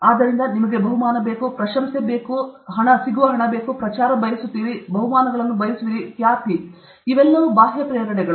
ಆದ್ದರಿಂದ ನಿಮಗೆ ಬಹುಮಾನ ಬೇಕು ನಿಮಗೆ ಪ್ರಶಂಸೆ ಬೇಕಾಗುವ ಹಣ ಬೇಕು ನೀವು ಪ್ರಚಾರವನ್ನು ಬಯಸುವಿರಾ ಬಹುಮಾನಗಳನ್ನು ಬಯಸುವಿರಿ ಖ್ಯಾತಿ ಈ ಎಲ್ಲ ಬಾಹ್ಯ ಪ್ರೇರಣೆಗಳು